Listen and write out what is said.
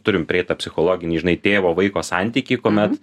turim prieit tą psichologinį žinai tėvo vaiko santykį kuomet